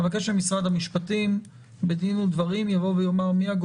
אבקש ממשרד המשפטים בדין ודברים,